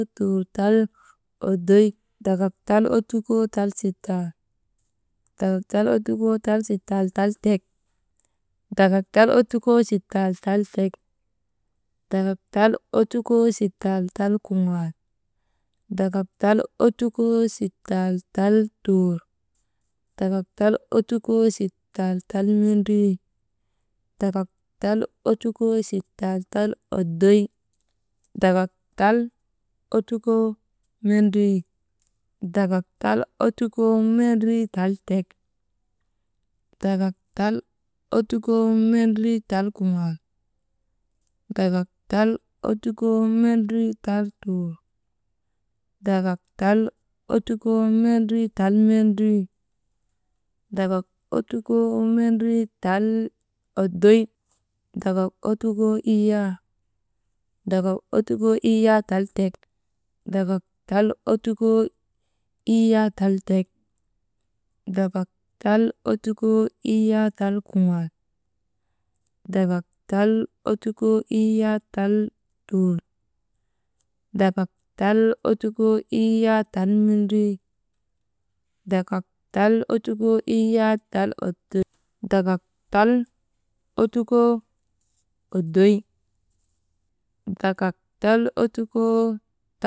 Ottukoo tuur tal oddoy, dakak tal ottukoo tal sittal, dakak tal ottukoo sittal tal tek, dakak tal ottukoo sittal tal tek, dakak tal ottukoo sittal tal kuŋaal, dakak tal ottukoo sittal tal tuur, dakak tal ottukoo sittal tal mendrii, dakak tal ottukoo sittal tal oddoy, dakak tal ottukoo mendrii, dakak tal ottukoo mendrii tal tek, dakak tal ottukoo mendrii tal kuŋal, dakak tal ottukoo mendrii tal tuur, dakak tal ottukoo mendrii tal mendrii, dakak tal ottukoo mendrii oddoy, dakak tal ottukoo iyyaa, dakak tal ottukoo iyyaa tal tek, dakak tal ottukoo iyyaa tal kuŋuaal, dakak tal ottukoo iyyaa tal tuur, dakak tal ottukoo iyyaa tal mendrii, dakak tal ottukoo iyyaa tal oddoy, dakak tal ottukoo.